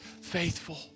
faithful